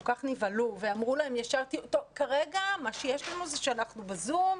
כל כך נבהלו ואמרו שכרגע מה שיש לנו זה שאנחנו ב-זום.